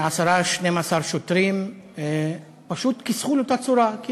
10 12 שוטרים פשוט כיסחו לו את הצורה כי